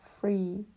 free